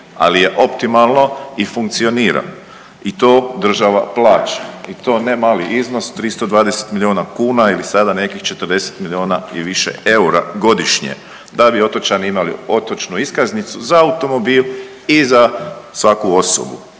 ali je optimalno i funkcionira i to država plaća i to ne mali iznos 320 milijuna kuna ili sada nekih 40 milijuna i više eura godišnje da otočani imali otočnu iskaznicu za automobil i za svaku osobu,